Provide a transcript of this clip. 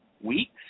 weeks